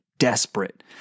desperate